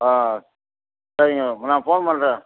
ஆ சரிங்க நான் ஃபோன் பண்ணுறேன்